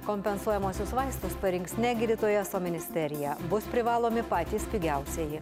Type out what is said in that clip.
kompensuojamuosius vaistus parinks ne gydytojas o ministerija bus privalomi patys pigiausieji